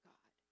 God